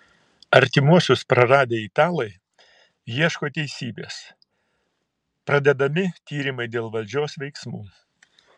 artimuosius praradę italai ieško teisybės pradedami tyrimai dėl valdžios veiksmų